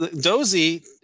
Dozy